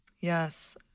Yes